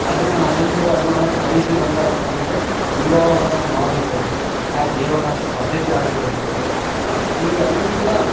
ಹದಿನಾರು ಹದಿಮೂರು ಹದಿನಾಲ್ಕು ವಯಸ್ಸಿ ಬಂದಾರ್ ಅಂತಂತಂದರೆ ವಿವಾಹವನ್ನು ಮಾಡುವುದು ಆ ದೇವದಾಸಿ ಪದ್ದತಿಯಾಗಿರ್ಬೋದು ಇವೆಲ್ಲ